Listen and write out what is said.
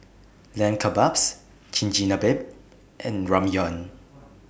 Lamb Kebabs Chigenabe and Ramyeon